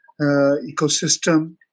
ecosystem